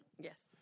yes